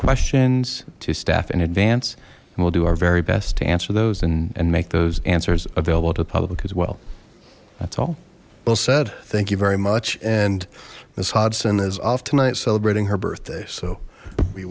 questions to staff in advance and we'll do our very best to answer those and make those answers available to the public as well that's all well said thank you very much and miss hudson is off tonight celebrating her birthday so we